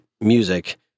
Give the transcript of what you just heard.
music